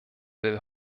will